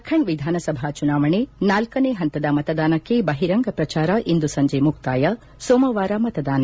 ಜಾರ್ಖಂಡ್ ವಿಧಾನಸಭಾ ಚುನಾವಣೆ ನಾಲ್ನನೇ ಹಂತದ ಮತದಾನಕ್ಕೆ ಬಹಿರಂಗ ಪ್ರಚಾರ ಇಂದು ಸಂಜೆ ಮುಕ್ತಾಯ ಸೋಮವಾರ ಮತದಾನ